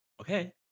okay